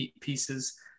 pieces